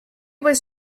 was